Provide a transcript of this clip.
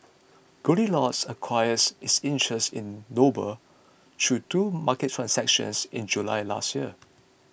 Goldilocks acquired its interest in Noble through two market transactions in July last year